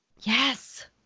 Yes